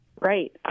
Right